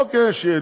אוקיי, שיהיה.